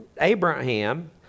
Abraham